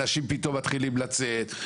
אנשים פתאום מתחילים לצאת.